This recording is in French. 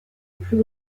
plus